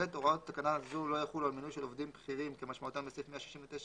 אני לא יודע איך מנסחים.